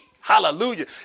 Hallelujah